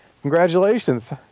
Congratulations